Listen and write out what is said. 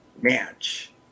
match